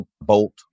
bolt